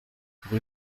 rue